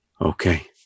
Okay